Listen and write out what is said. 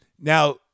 Now